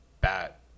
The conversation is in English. bat